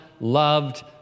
loved